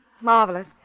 marvelous